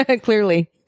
Clearly